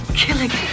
Killing